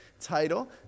title